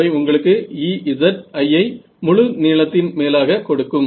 அவை உங்களுக்கு Ezi ஐ முழு நீளத்தின் மேலாக கொடுக்கும்